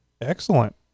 Excellent